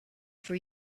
for